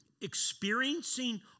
Experiencing